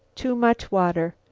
too much water.